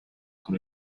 con